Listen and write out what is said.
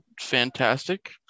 fantastic